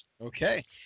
Okay